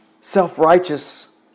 self-righteous